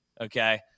Okay